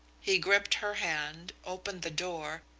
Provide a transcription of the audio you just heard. he gripped her hand, opened the door,